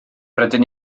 rydyn